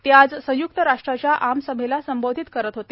ते आज संयुक्त राष्ट्राच्या आमसभेला संबोधित करत होते